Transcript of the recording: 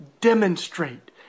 demonstrate